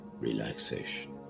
relaxation